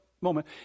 moment